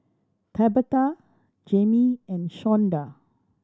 Tabatha Jayme and Shawnda